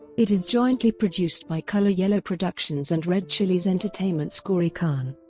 it is jointly produced by colour yellow productions and red chillies entertainment's gauri khan,